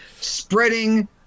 spreading